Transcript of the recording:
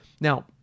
Now